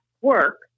work